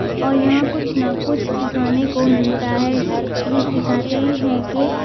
اور یہاں کچھ نہ کچھ سکھانے کو ملتا ہے یہ سکھاتے ہیں کہ